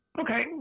Okay